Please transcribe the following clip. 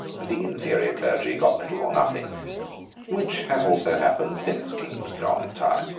and the inferior clergy got little or nothing which has also happened since king john's time,